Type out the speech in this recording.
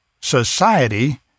Society